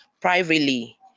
privately